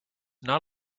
not